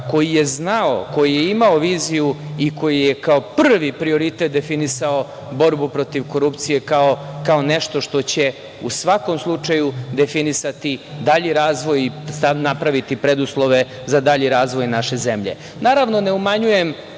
koji je znao, koji je imao viziju i koji je kao prvi prioritet definisao borbu protiv korupcije kao nešto što će u svakom slučaju definisati dalji razvoj i napraviti preduslove za dalji razvoj naše zemlje. Naravno, ne umanjujem